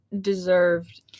deserved